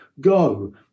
Go